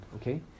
Okay